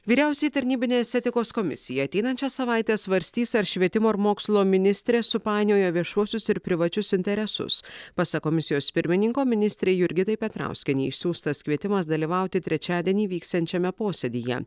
vyriausioji tarnybinės etikos komisija ateinančią savaitę svarstys ar švietimo ir mokslo ministrė supainiojo viešuosius ir privačius interesus pasak komisijos pirmininko ministrei jurgitai petrauskienei išsiųstas kvietimas dalyvauti trečiadienį vyksiančiame posėdyje